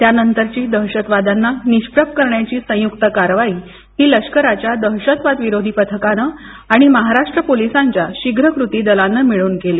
त्यानंतरची दहशतवाद्यांना निष्प्रभ करण्याची संयुक्त कारवाई ही लष्कराच्या दहशतवादविरोधी पथकानं आणि महाराष्ट्र पोलिसांच्या शीघ्र कृती दलानं मिळून केली